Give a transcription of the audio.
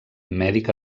mèdica